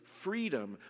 freedom